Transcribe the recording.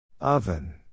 Oven